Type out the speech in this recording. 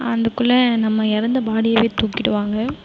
அந்துக்குள்ளே நம்ம இறந்த பாடியவே தூக்கிட்டுவாங்க